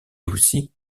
aussi